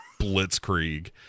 blitzkrieg